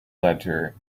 letter